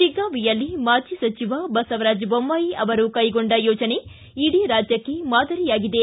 ಶಿಗ್ಗಾಂವಿಯಲ್ಲಿ ಮಾಜಿ ಸಚಿವ ಬಸವರಾಜ ಬೊಮ್ಲಾಯಿ ಅವರು ಕೈಗೊಂಡ ಯೋಜನೆ ಇಡೀ ರಾಜ್ಯಕ್ಷೆ ಮಾದರಿಯಾಗಿದೆ